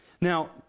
Now